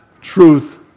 truth